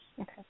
Okay